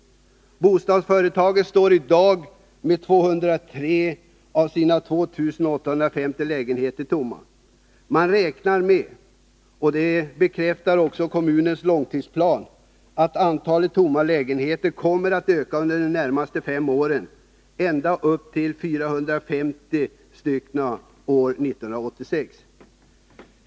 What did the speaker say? Bostadsföretaget står i dag med 203 av sina 2 850 lägenheter tomma. Man räknar med — och det bekräftar också kommunens långtidsplan — att antalet tomma lägenheter kommer att öka under de närmaste fem åren, ända upp till 450 tomma lägenheter år 1986.